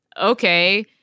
okay